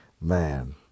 Man